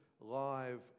live